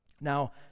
Now